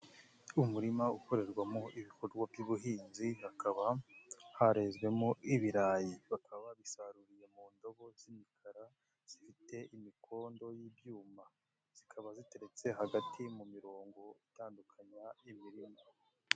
Umurima ukorerwamo ibikorwa by'ubuhinzi hakaba harezwemo ibirayi. Bakaba bisaruriye mu ndobo z'imikara zifite imikondo y'ibyuma. Zikaba ziteretse hagati mu mirongo itandukanywa imirima.